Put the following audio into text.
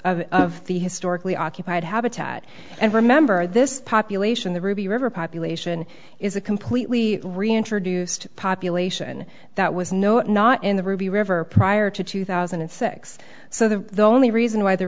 of the historically occupied habitat and remember this population the ruby river population is a completely reintroduced population that was no not in the ruby river prior to two thousand and six so the only reason why the